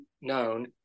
known